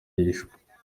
yarishwe